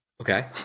Okay